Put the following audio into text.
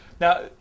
Now